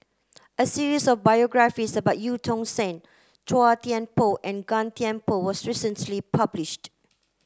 a series of biographies about Eu Tong Sen Chua Thian Poh and Gan Thiam Poh was recently published